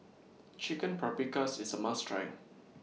Chicken Paprikas IS A must Try